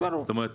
זאת אומרת,